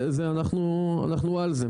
אנחנו על זה,